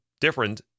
different